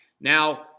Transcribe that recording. Now